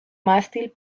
mástil